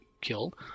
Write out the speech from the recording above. killed